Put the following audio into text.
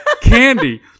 candy